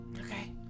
Okay